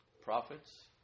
prophets